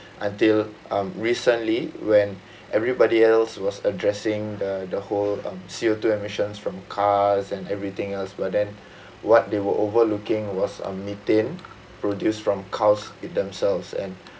until um recently when everybody else was addressing the the whole um C_O two emissions from cars and everything else but then what they were overlooking was um methane produce from cows it themselves and